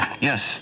Yes